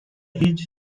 his